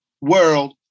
world